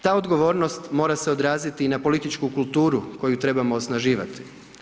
Ta odgovornost mora se odraziti i na političku kulturu koju trebamo osnaživati.